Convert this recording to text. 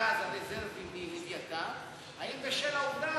הגז הרזרבי מ"לווייתן" האם בשל העובדה